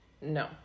no